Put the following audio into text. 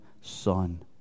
son